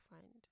find